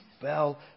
fell